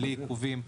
בלי עיכובים.